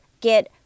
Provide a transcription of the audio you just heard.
get